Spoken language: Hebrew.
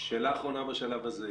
שאלה אחרונה בשלב הזה.